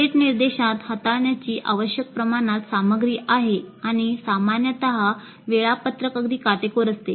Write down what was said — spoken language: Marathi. थेट निर्देशात हाताळण्याची आवश्यक प्रमाणात सामग्री आहे आणि सामान्यत वेळापत्रक अगदी काटेकोर असते